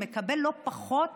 מקבל לא פחות